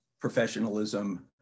professionalism